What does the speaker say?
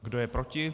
Kdo je proti?